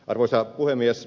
arvoisa puhemies